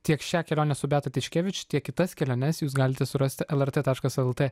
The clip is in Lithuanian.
tiek šią kelionę su beata tiškevič tiek kitas keliones jūs galite surasti lrt taškas lt